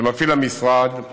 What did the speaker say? שמפעיל המשרד,